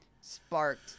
sparked